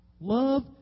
Love